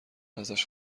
ازش